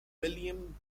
william